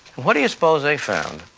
what do you suppose they found?